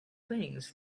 things